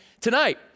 tonight